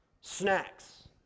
snacks